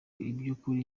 by’ukuri